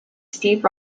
steep